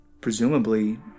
presumably